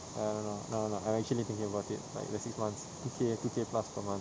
I don't know no no no I'm actually thinking about it like the six months two K two K plus per month